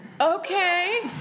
Okay